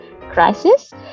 crisis